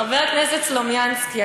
חבר הכנסת סלומינסקי,